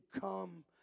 come